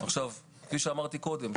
כפי שאמרתי קודם,